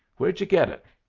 where'd you get it?